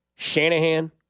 Shanahan